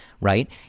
Right